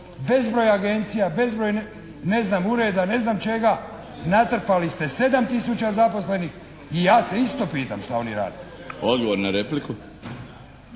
bezbroj agencija, bezbroj ne znam ureda, ne znam čega natrpali ste 7 tisuća zaposlenih i ja se isto pitam šta oni rade. **Milinović,